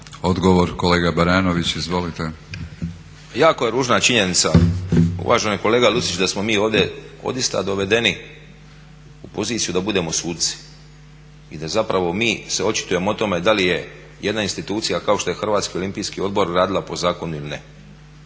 gospodine potpredsjedniče. Jako je ružna činjenica uvaženi kolega Lucić da smo mi ovdje odista dovedeni u poziciju da budemo suci i da se zapravo mi očitujemo o tome da li je jedna institucija kao što je HOO radila po zakonu ili ne.